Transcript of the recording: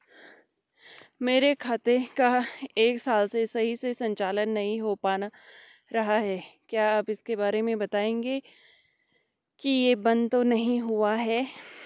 मेरे खाते का एक साल से सही से संचालन नहीं हो पाना रहा है क्या आप इसके बारे में बताएँगे कि ये बन्द तो नहीं हुआ है?